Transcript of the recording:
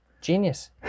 Genius